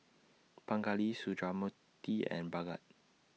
Pingali Sundramoorthy and Bhagat